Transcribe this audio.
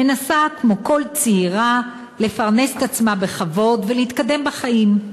מנסה כמו כל צעירה לפרנס את עצמה בכבוד ולהתקדם בחיים.